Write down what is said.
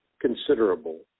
considerable